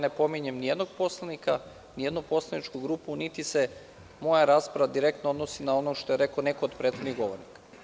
Ne pominjem nijednog poslanika, nijednu poslaničku grupu niti se moja rasprava direktno odnosi na ono što je rekao neko od prethodnih govornika.